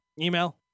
email